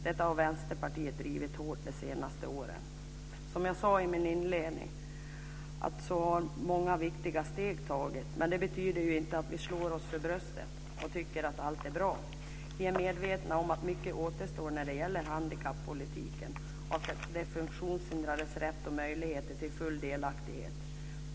Detta har Vänsterpartiet drivit hårt under de senaste åren. Som jag sade i min inledning har många viktiga steg tagits. Men det betyder inte att vi slår oss för bröstet och tycker att allt är bra. Vi är medvetna om att mycket återstår när det gäller handikappolitiken och de fuktionshindrades rätt och möjligheter till full delaktighet.